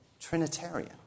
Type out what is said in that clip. Trinitarian